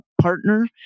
partner